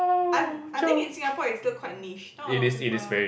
I I think in Singapore it's still quite niche not a lot of people